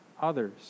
others